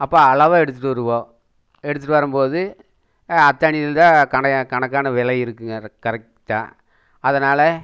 அப்போ அளவாக எடுத்துகிட்டு வருவோம் எடுத்துகிட்டு வரும்போது அத்தாணிலதான் கணக்கான விலை இருக்குங்க கரெக்டா அதனால்